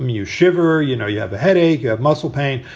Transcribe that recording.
um you shiver, you know, you have a headache. you have muscle pain.